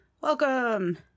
welcome